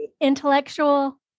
intellectual